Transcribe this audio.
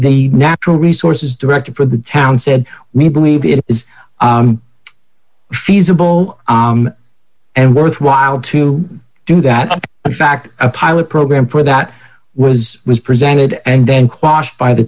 the natural resources director for the town said we believe it is feasible and worthwhile to do that in fact a pilot program for that was was presented and then cost by the